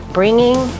bringing